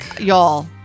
Y'all